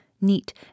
neat